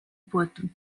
poitou